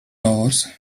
tours